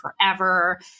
forever